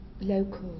local